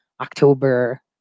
October